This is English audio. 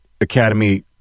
Academy